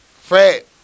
Fred